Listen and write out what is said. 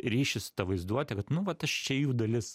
ryšį su ta vaizduote vat nu vat aš čia jų dalis